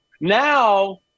Now